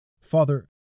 Father